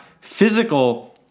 physical